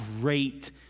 great